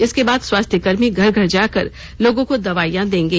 इसके बाद स्वास्थ्य कर्मी घर घर जाकर लोगों को दवाईयां देंगे